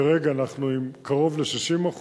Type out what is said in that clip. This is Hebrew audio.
כרגע אנחנו עם קרוב ל-60%.